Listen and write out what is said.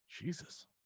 Jesus